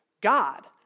God